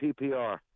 PPR